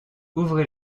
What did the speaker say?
ouvrez